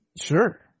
Sure